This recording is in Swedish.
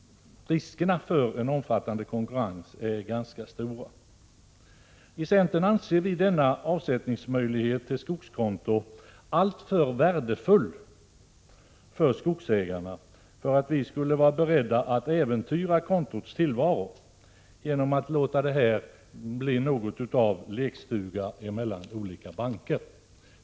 Riskerna för en omfattande konkurrens är ganska stora. I centern anser vi denna avsättningsmöjlighet till skogskonto alltför värdefull för skogsägarna för att vi skulle vara beredda att äventyra kontonas tillvaro genom att låta detta område bli något av en lekstuga för olika banker.